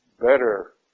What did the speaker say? better